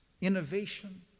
innovation